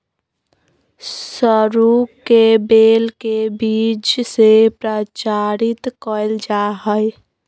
सरू के बेल के बीज से प्रचारित कइल जा हइ